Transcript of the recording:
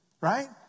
right